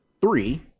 three